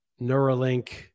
Neuralink